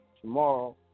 tomorrow